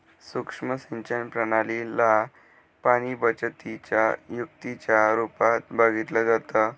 सुक्ष्म सिंचन प्रणाली ला पाणीबचतीच्या युक्तीच्या रूपात बघितलं जातं